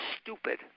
stupid